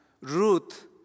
Ruth